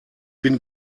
bin